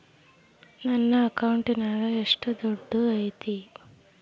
ನನ್ನ ಅಕೌಂಟಿನಾಗ ಎಷ್ಟು ದುಡ್ಡು ಐತಿ?